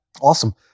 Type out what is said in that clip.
Awesome